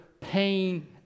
pain